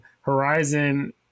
Horizon